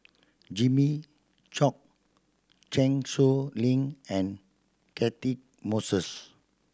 Jimmy Chok Chan Sow Lin and Cati Moses